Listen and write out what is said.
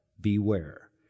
Beware